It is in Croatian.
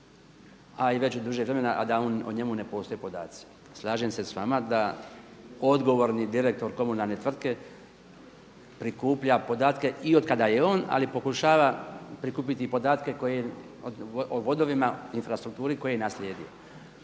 a i već duže vremena a da o njemu ne postoje podaci. Slažem se s vama da odgovorni direktor komunalne tvrtke prikuplja podatke i od kada je on, ali pokušava prikupiti podatke koje o vodovima i infrastrukturi koju je naslijedio.